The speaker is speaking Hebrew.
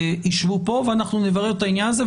יישבו פה ואנחנו נברר את העניין הזה.